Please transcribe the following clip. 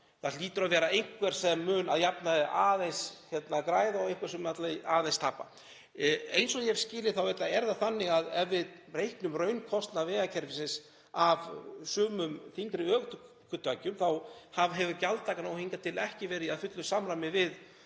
Það hlýtur að vera einhver sem mun að jafnaði aðeins græða og einhver sem mun aðeins tapa. Eins og ég hef skilið þetta þá er það þannig að ef við breyttum raunkostnaði vegakerfisins af sumum þyngri ökutækjum þá hefur gjaldtakan hingað til ekki verið í fullu samræmi við